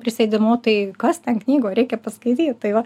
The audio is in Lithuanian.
prisėdimu tai kas ten knygoj reikia paskaityt tai va